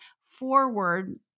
forward